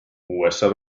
usa